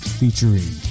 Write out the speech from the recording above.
featuring